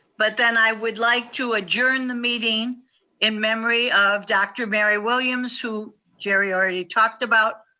but then i would like to adjourn the meeting in memory of dr. mary williams, who jeri already talked about.